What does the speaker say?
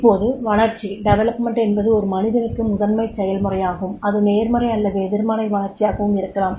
இப்போது வளர்ச்சி என்பது ஒரு மனிதனுக்கு முதன்மை செயல்முறையாகும் அது நேர்மறை அல்லது எதிர்மறை வளர்ச்சியாகவும் இருக்கலாம்